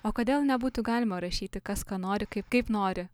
o kodėl nebūtų galima rašyti kas ką nori kaip kaip nori